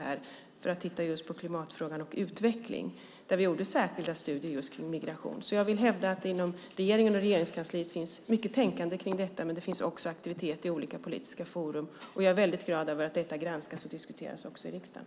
Vi tittade just på klimatfrågan och utveckling, och vi gjorde särskilda studier just kring migration. Jag vill hävda att det inom regeringen och Regeringskansliet finns mycket tänkande kring detta, men det finns också aktivitet i olika politiska forum. Jag är väldigt glad över att detta granskas och diskuteras också i riksdagen.